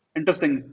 Interesting